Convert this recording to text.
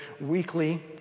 weekly